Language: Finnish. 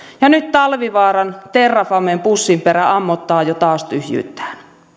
ja nyt talvivaaran terrafamen pussinperä ammottaa jo taas tyhjyyttään